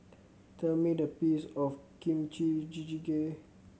tell me the peace of Kimchi Jjigae